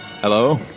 Hello